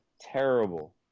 terrible